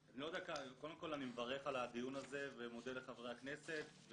קודם כל אני מברך על הדיון הזה ומודה לחברי הכנסת.